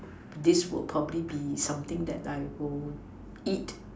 this will probably be something that I will eat